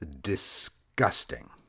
disgusting